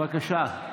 בבקשה.